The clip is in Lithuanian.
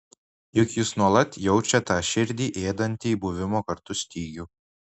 juk jis nuolat jaučia tą širdį ėdantį buvimo kartu stygių